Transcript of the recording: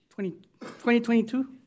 2022